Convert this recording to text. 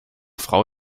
frau